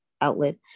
outlet